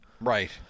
Right